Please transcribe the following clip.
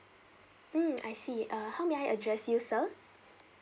mm I see uh how may I address you sir